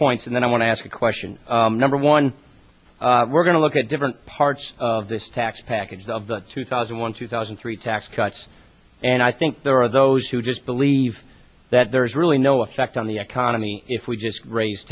points and then i want to ask a question number one we're going to look at different parts of this tax package of the two thousand one two thousand three tax cuts and i think there are those who just believe that there is really no effect on the economy if we just raise